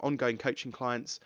ongoing coaching clients.